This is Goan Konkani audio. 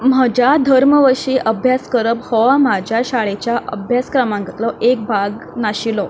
म्हज्या धर्म वशीं अभ्यास करप हो म्हाज्या शाळेच्या अभ्यासक्रमांकातलो एक भाग नाशिलो